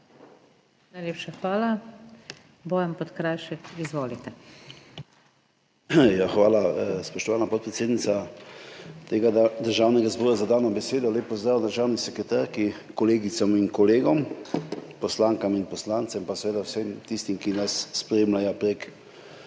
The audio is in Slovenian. Najlepša hvala. Bojan Podkrajšek, izvolite. BOJAN PODKRAJŠEK (PS SDS): Hvala, spoštovana podpredsednica Državnega zbora, za dano besedo. Lep pozdrav državni sekretarki, kolegicam in kolegom, poslankam in poslancem ter seveda vsem tistim, ki nas spremljajo prek